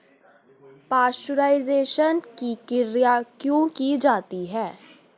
Pasteurisation की क्रिया क्यों की जाती है?